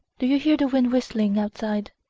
do you hear the wind whistling outside?